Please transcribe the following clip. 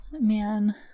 Man